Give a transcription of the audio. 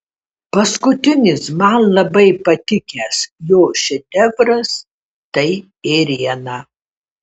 paskutinis man labai patikęs jo šedevras tai ėriena